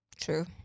True